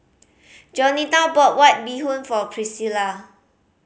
Jaunita bought White Bee Hoon for Pricilla